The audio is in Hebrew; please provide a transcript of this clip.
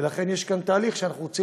ולכן יש כאן תהליך שאנחנו רוצים